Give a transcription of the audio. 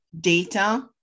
data